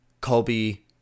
Colby